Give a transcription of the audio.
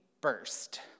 burst